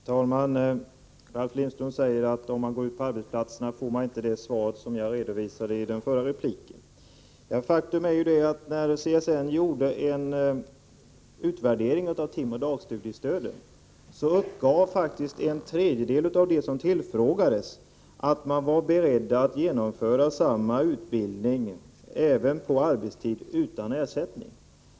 Herr talman! Ralf Lindström säger att om man går ut på arbetsplatserna och frågar får man inte det svar som jag redovisade i den förra repliken. Faktum är att när CSN gjorde en utvärdering av timoch dagstudiestödet uppgav en tredjedel av de som tillfrågades att de var beredda att genomföra samma utbildning även på arbetstid utan ersättning.